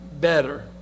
better